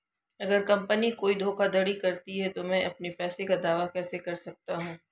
अगर कंपनी कोई धोखाधड़ी करती है तो मैं अपने पैसे का दावा कैसे कर सकता हूं?